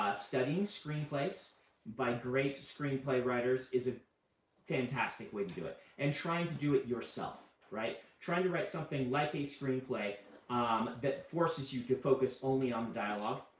studying screenplays by great screenplay writers is a fantastic way to do it, and trying to do it yourself. trying to write something like a screenplay um that forces you to focus only on dialogue.